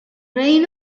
reign